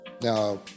Now